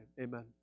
Amen